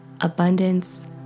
abundance